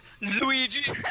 Luigi